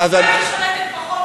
במקרה אני שולטת בחומר.